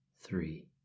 three